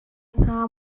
hnga